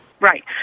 Right